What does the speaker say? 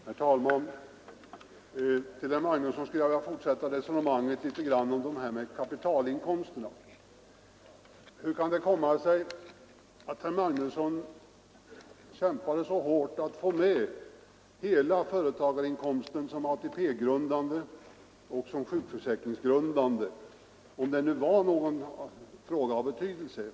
Herr talman! Jag skulle vilja fortsätta resonemanget med herr Magnusson i Borås om kapitalinkomsterna. Hur kan det komma sig att herr Magnusson kämpade så hårt för att få med hela företagarinkomsten som ATP-grundande och sjukförsäkringsgrundande inkomst — om den nu var en fråga av betydelse?